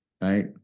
Right